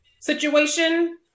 situation